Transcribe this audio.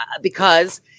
because-